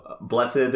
blessed